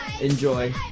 enjoy